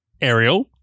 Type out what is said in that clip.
Ariel